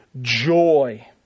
joy